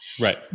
Right